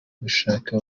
gushaka